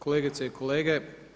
Kolegice i kolege.